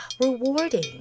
rewarding